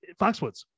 Foxwoods